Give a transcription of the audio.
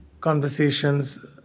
conversations